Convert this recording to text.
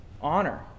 honor